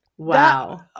Wow